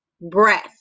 breath